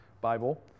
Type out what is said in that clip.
Bible